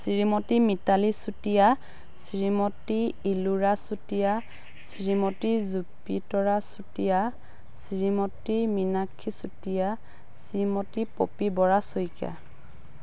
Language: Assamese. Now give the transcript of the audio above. শ্ৰীমতী মিতালী চুতীয়া শ্ৰীমতী ইলোৰা চুতীয়া শ্ৰীমতী জুপিতৰা চুতীয়া শ্ৰীমতী মিনাক্ষী চুতীয়া শ্ৰীমতী পপী বৰা শইকীয়া